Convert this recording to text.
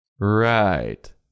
Right